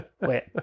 Wait